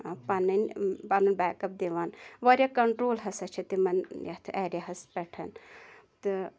پَنٕںۍ پَنُن بیکَپ دِوان واریاہ کَنٹرٛول ہَسا چھِ تِمَن یَتھ ایریا ہَس پٮ۪ٹھ تہٕ